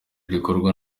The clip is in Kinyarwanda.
gukorwa